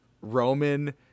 Roman